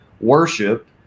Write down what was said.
worship